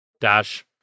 dash